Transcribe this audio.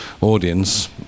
audience